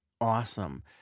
awesome